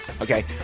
Okay